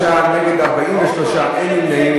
בעד, 3, נגד, 43, אין נמנעים.